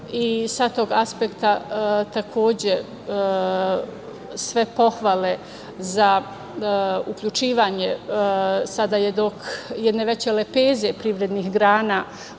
Sa tog aspekta, takođe, sve pohvale za uključivanje jedne veće lepeze privrednih grana